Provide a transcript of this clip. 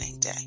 day